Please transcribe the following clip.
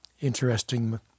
interesting